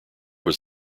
was